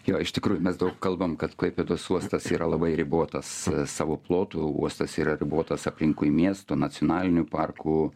jo iš tikrųjų mes daug kalbam kad klaipėdos uostas yra labai ribotas savo plotu uostas yra ribotas aplinkui miestu nacionaliniu parku